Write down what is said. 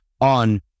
on